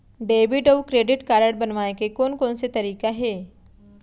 Debit अऊ credit card बनवाए के कोन कोन से तरीका हे?